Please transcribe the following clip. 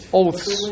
oaths